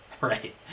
Right